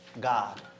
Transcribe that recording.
God